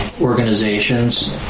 organizations